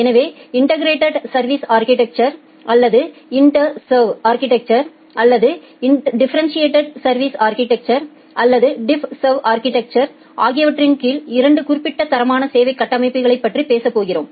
எனவே இன்டெகிரெடெட் சா்விஸ் அா்கிடெக்சர் அல்லது இன்ட்சா்வ் அா்கிடெக்சா் அல்லது டிஃபரெண்டிட்டேட் சா்விஸ் அா்கிடெக்சா் அல்லது டிஃப்சர்வ் அா்கிடெக்சா் ஆகியவற்றின் கீழ் இரண்டு குறிப்பிட்ட தரமான சேவை கட்டமைப்புகளைப் பற்றி பேசப் போகிறோம்